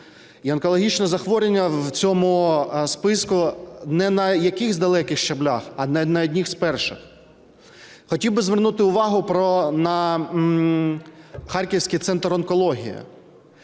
І онкологічні захворювання в цьому списку не на якихось далеких щаблях, а на одних з перших. Хотів би звернути увагу на Харківський центр онкології.